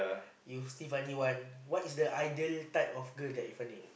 you still finding one what's the ideal type of girl that you finding